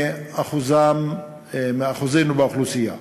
מאחוזנו באוכלוסייה.